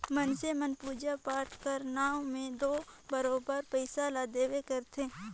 मइनसे मन पूजा पाठ कर नांव में दो बरोबेर पइसा ल देबे करथे